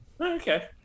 okay